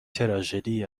تراژدی